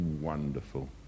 wonderful